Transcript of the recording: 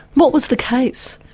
what was the case?